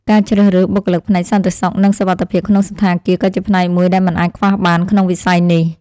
ការជ្រើសរើសបុគ្គលិកផ្នែកសន្តិសុខ និងសុវត្ថិភាពក្នុងសណ្ឋាគារក៏ជាផ្នែកមួយដែលមិនអាចខ្វះបានក្នុងវិស័យនេះ។